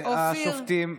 השופטים,